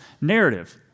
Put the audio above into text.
narrative